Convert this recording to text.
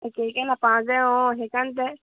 একে একে নাপাওঁ যে অঁ সেইকাৰণতে